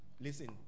Listen